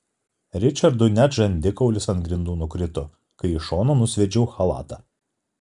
ričardui net žandikaulis ant grindų nukrito kai į šoną nusviedžiau chalatą